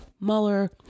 Mueller